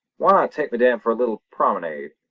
why not take madame for a little promenade?